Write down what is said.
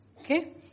Okay